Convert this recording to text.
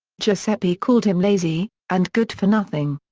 giuseppe called him lazy and good for nothing.